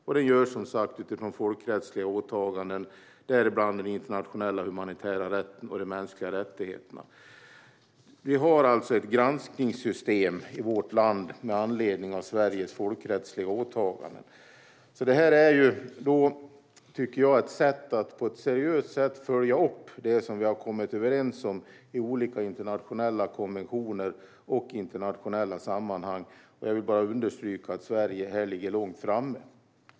Och den görs, som sagt, utifrån folkrättsliga åtaganden - det handlar bland annat om den internationella humanitära rätten och de mänskliga rättigheterna. Vi har alltså ett granskningssystem i vårt land med anledning av Sveriges folkrättsliga åtaganden. Jag tycker att det är ett seriöst sätt att följa upp det som vi har kommit överens om i olika internationella konventioner och internationella sammanhang. Jag vill bara understryka att Sverige här ligger långt framme.